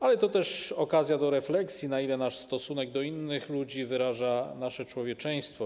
Ale to też okazja do refleksji, na ile nasz stosunek do innych ludzi wyraża nasze człowieczeństwo.